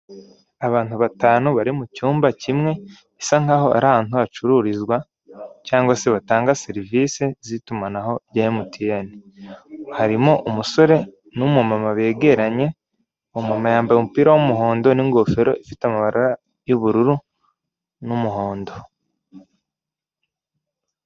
Abantu batanu bari mu cyumba kimwe isa nkaho ari ahantu hacururizwa cyangwa se batanga serivisi z'itumanaho rya mtn, harimo umusore n'umumama begeranye, umuntu yambaye umupira w'umuhondo n'ingofero ifite amabara y'ubururu n'umuhondo.